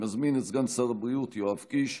2021, תקנות סמכויות מיוחדות